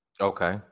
Okay